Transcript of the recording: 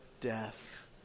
death